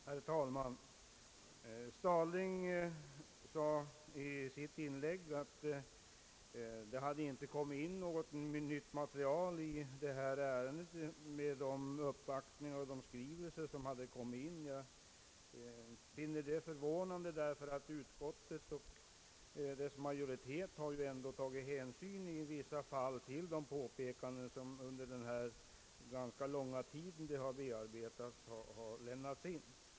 Herr talman! Herr Stadling sade i sitt inlägg att det inte framkommit något nytt material i detta ärende i och med de uppvaktningar som gjorts och de skrivelser som lämnats in. Jag finner detta förvånande, eftersom utskottets majoritet ändock i vissa fall har tagit hänsyn till de påpekanden som gjorts under den rätt långa bearbetningstiden.